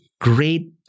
great